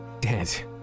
Dead